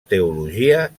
teologia